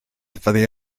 fyddai